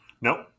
No